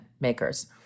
makers